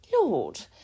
Lord